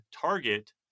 Target